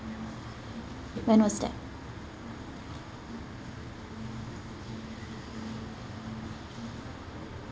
when was that